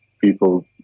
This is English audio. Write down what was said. people